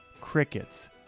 crickets